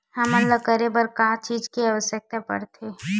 हमन ला करे बर का चीज के आवश्कता परथे?